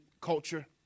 culture